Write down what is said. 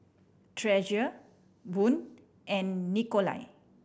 Treasure Boone and Nikolai